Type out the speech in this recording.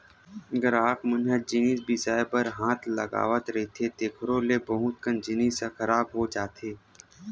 गराहक मन ह जिनिस बिसाए बर हाथ लगावत रहिथे तेखरो ले बहुत कन जिनिस ह खराब हो जाथे